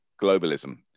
globalism